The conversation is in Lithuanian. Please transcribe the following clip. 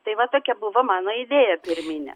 tai va tokia buvo mano idėja pirminė